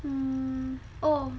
mm oh